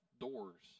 doors